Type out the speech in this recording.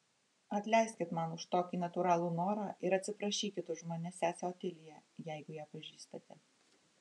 atleiskit man už tokį natūralų norą ir atsiprašykit už mane sesę otiliją jeigu ją pažįstate